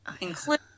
include